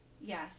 Yes